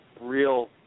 real